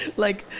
like,